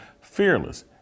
fearless